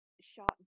shot